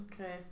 Okay